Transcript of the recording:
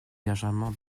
légèrement